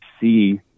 see